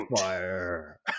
fire